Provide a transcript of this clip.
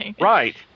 Right